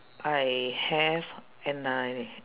I have and I